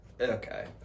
Okay